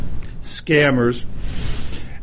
scammers